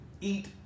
eat